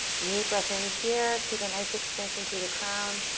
deep breath in here. keep a nice extension through the crown,